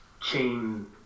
chain